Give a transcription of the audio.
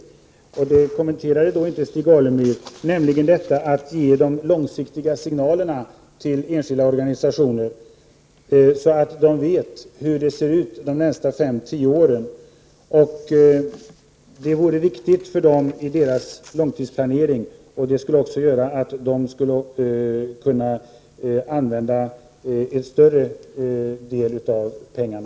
Men Stig Alemyr kommenterade inte förslaget om att ge de enskilda organisationerna långsiktiga signaler, så att de vet hur situationen ser ut de närmaste 5—10 åren. Det vore viktigt för dem i deras långtidsplanering. Det skulle också innebära att de kunde använda en större del av pengarna.